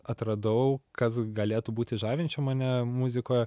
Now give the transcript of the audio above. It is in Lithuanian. atradau kas galėtų būti žavinčio mane muzikoje